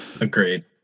Agreed